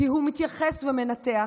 כי הוא מתייחס ומנתח